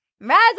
Rise